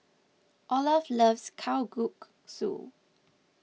Olaf loves Kalguksu